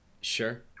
Sure